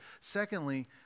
Secondly